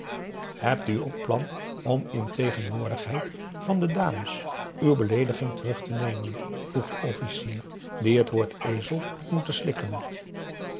hebt u ook plan om in tegenwoordigheid van de dames uw beleediging terug te nemen vroeg de officier die het woord ezel had moeten slikken